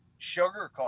sugarcoat